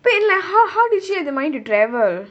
wait like how how did she had the money to travel